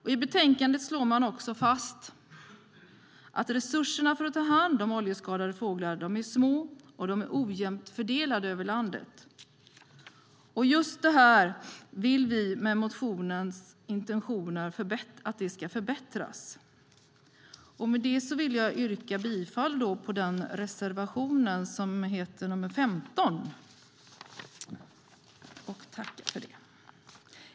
I betänkandet slås också fast att resurserna för att ta hand om oljeskadade fåglar är små och ojämnt fördelade över landet. Just detta vill vi med intentionerna i motionen ska förbättras. Med det vill jag yrka bifall till reservation nr 15.